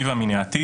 המצלמות נכנסו.